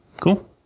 Cool